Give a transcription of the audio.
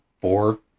Four